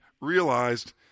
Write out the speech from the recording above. realized